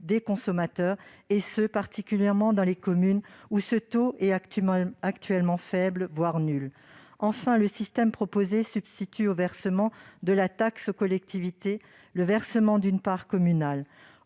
des consommateurs, particulièrement dans les communes où le taux est actuellement faible ou nul. Enfin, le système proposé substitue au versement de la taxe aux collectivités le versement d'une part communale